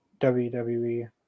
WWE